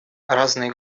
разные